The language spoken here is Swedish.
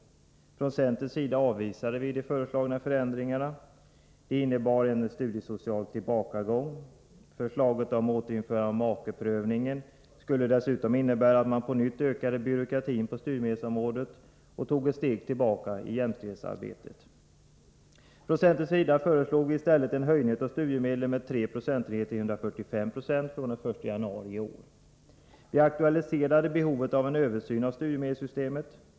Centern avvisade de förslagna förändringarna. De innebar en studiesocial tillbakagång. Förslaget om återinförande av makeprövningen skulle dessutom innebära att man på nytt ökade byråkratin på studiemedelsområdet och tog ett steg tillbaka i jämställdhetsarbetet. Centern föreslog i stället en höjning av studiemedlen med 3 procentenheter till 145 96 från den 1 januari i år. Vi aktualiserade behovet av en översyn av studiemedelssystemet.